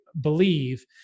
believe